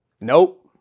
Nope